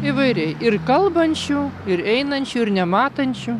įvairiai ir kalbančių ir einančių ir nematančių